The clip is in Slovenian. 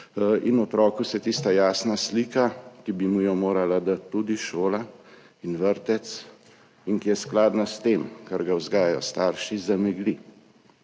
in otroku se tista jasna slika, ki bi mu jo morala dati tudi šola in vrtec in ki je skladna s tem, kako ga vzgajajo starši, zamegli,